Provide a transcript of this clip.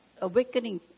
awakening